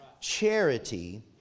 Charity